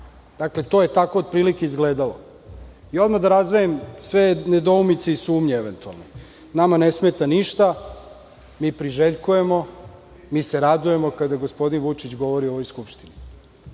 Dakle, to je tako otprilike izgledalo. Odmah da razdvojim sve nedoumice i sumnje eventualne. Nama ne smeta ništa. Mi priželjkujemo, mi se radujemo kada gospodin Vučić govori u ovoj Skupštini